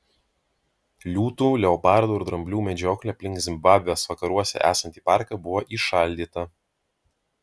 liūtų leopardų ir dramblių medžioklė aplink zimbabvės vakaruose esantį parką buvo įšaldyta